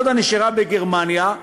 הדודה נשארה בגרמניה,